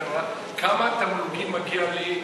כמה תמלוגים מגיעים לי?